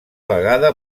vegada